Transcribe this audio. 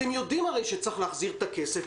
אתם יודעים הרי שצריך להחזיר את הכסף.